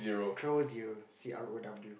Crows Zero C R O W